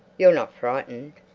you're not frightened?